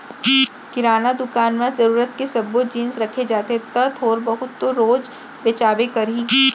किराना दुकान म जरूरत के सब्बो जिनिस रखे जाथे त थोर बहुत तो रोज बेचाबे करही